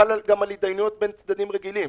שחל גם על התדיינויות בין צדדים רגילים,